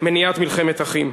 מניעת מלחמת אחים.